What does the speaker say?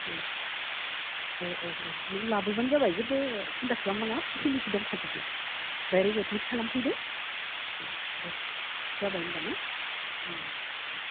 औ औ औ नों लाबोब्लानो जाबाय जेबो सिन्था खालाम नाङा फेसिलिटि दंखाजोबो डाइरेक्ट एडमिट खालामफैदो दे जाबाय होमब्ला ना